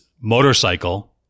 motorcycle